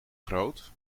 groot